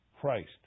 Christ